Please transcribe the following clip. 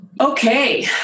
Okay